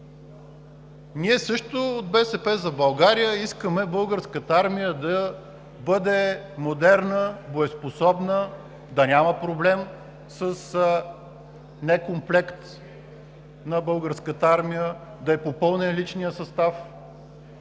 Ние от „БСП за България“ също искаме Българската армия да бъде модерна, боеспособна, да няма проблем с некомплект на Българската армия, да е попълнен личният състав,